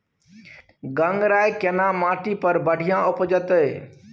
गंगराय केना माटी पर बढ़िया उपजते?